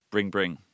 Bring-Bring